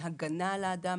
והגנה על האדם